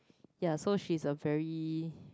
ya so she is a very